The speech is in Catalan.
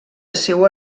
seua